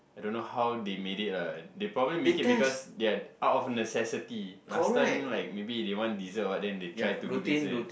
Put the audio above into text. I don't know how they made it lah they probably make it because they out of necessity last time like maybe they want dessert or what then they try to do this then